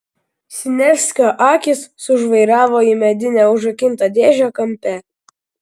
siniavskio akys sužvairavo į medinę užrakintą dėžę kampe